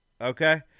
okay